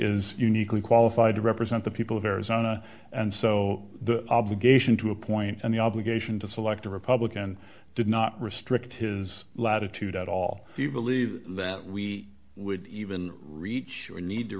is uniquely qualified to represent the people of arizona and so the obligation to appoint and the obligation to select a republican did not restrict his latitude at all do you believe that we would even reach or need to